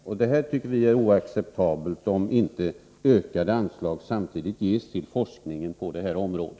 Enligt vår mening är det oacceptabelt, om inte ökade anslag samtidigt beviljas för forskning på detta område.